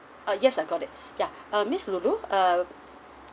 uh yes I got it ya uh miss lu lu err